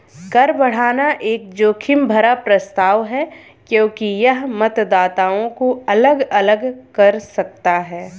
कर बढ़ाना एक जोखिम भरा प्रस्ताव है क्योंकि यह मतदाताओं को अलग अलग कर सकता है